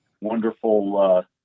wonderful